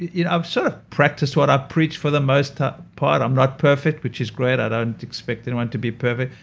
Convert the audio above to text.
you know sort of practice what i preach for the most part. i'm not perfect which is great. i don't expect anyone to be perfect.